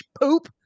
poop